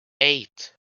eight